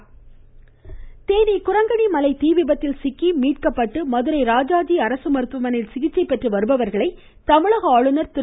பன்வாரிலால் புரோஹித் தேனி குரங்கணி மலை தீ விபத்தில் சிக்கி மீட்கப்பட்டு மதுரை ராஜாஜி அரசு மருத்துவமனையில் சிகிச்சை பெற்று வருபவர்களை தமிழக ஆளுநர் திரு